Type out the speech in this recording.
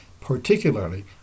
particularly